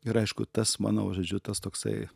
ir aišku tas mano va žodžiu tas toksai